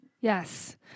Yes